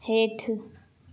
हेठि